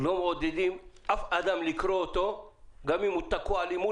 לא מעודדים אף אדם לקרוא אותו גם אם הוא תקוע מול